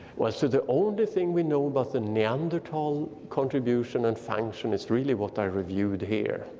well, so the only thing we know about the neanderthal contribution and function is really what i reviewed here.